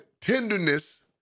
tenderness